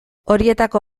horietako